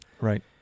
Right